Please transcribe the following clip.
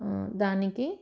దానికి